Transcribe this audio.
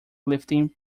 lifting